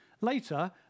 Later